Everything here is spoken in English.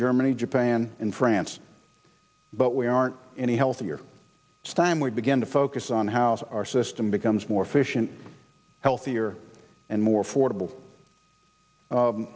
germany japan in france but we aren't any healthier stime we begin to focus on house our system becomes more efficient healthier and more fordable